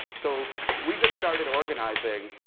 so we just started organizing,